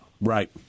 Right